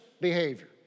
behavior